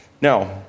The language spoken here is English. Now